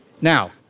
Now